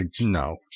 no